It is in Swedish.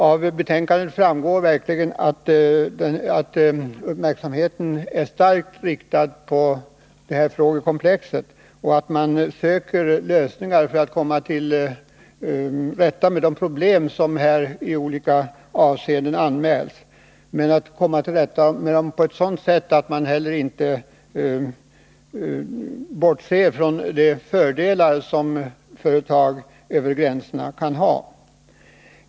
Av betänkandet framgår att uppmärksamheten är starkt riktad mot det här frågekomplexet och att man söker lösningar för att komma till rätta med de problem som i olika avseenden anmäls, och att komma till rätta med dem på ett sådant sätt att man inte bortser från de fördelar som företag över gränserna kan ha.